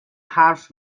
حرف